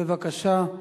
בבקשה,